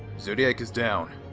zodiac is down.